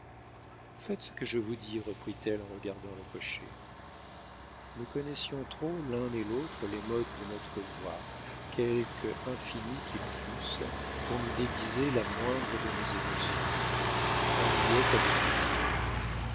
faites ce que je vous dis reprit-elle en regardant le cocher nous connaissions trop l'un et l'autre les modes de notre voix quelque infinis qu'ils fussent pour nous déguiser la moindre de nos émotions henriette avait tout compris